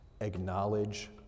acknowledge